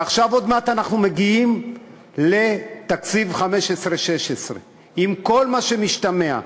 ועכשיו עוד מעט אנחנו מגיעים לתקציב 2015 2016 עם כל מה שמשתמע,